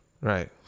Right